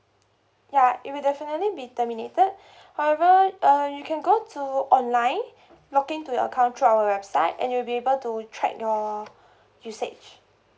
ya it will definitely be terminated however uh you can go to online login to your account through our website and you'll be able to track your usage